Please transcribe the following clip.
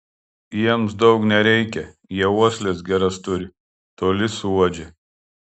jiems daug nereikia jie uosles geras turi toli suuodžia